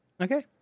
okay